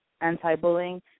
anti-bullying